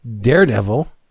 Daredevil